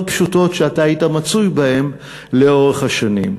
פשוטות שאתה היית מצוי בהן לאורך השנים.